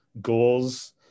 goals